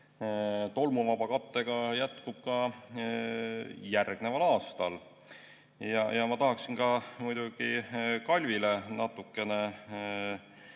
tolmuvaba kattega jätkub ka järgmisel aastal. Ma tahaksin muidugi ka Kalvile natukene